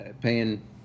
paying